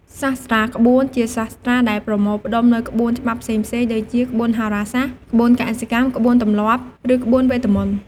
សាស្ត្រាក្បួន ជាសាស្ត្រាដែលប្រមូលផ្ដុំនូវក្បួនច្បាប់ផ្សេងៗ ដូចជា ក្បួនហោរាសាស្ត្រ ក្បួនកសិកម្ម ក្បួនទម្លាប់ ឬក្បួនវេទមន្ត។